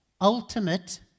Ultimate